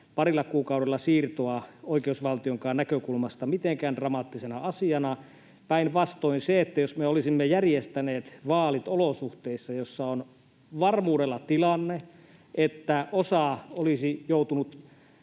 parilla kuukaudella oikeusvaltionkaan näkökulmasta mitenkään dramaattisena asiana. Päinvastoin se, jos me olisimme järjestäneet vaalit olosuhteissa, joissa on varmuudella tilanne, että osa olisi joutunut